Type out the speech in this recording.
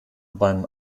beim